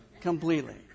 completely